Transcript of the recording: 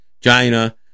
china